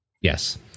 yes